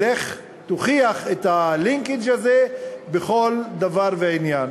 ולך תוכיח את הלינקג' הזה בכל דבר ועניין.